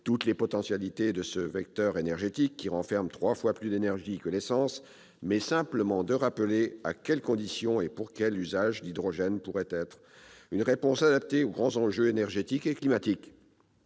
toutes les potentialités de ce vecteur énergétique, qui renferme trois fois plus d'énergie que l'essence, mais simplement de rappeler à quelles conditions et pour quels usages l'hydrogène pourrait être une réponse adaptée aux grands enjeux énergétiques et climatiques.